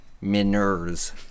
miners